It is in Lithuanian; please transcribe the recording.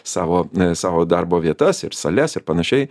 savo m savo darbo vietas ir sales ir panašiai